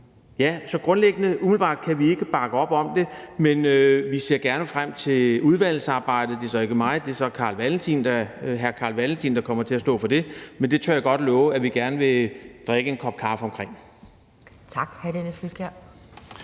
her. Så umiddelbart kan vi ikke bakke op om det, men vi ser frem til udvalgsarbejdet – det er så ikke mig, men det er hr. Carl Valentin, der kommer til at stå for det – og jeg tør godt love, at vi gerne vil drikke en kop kaffe over det.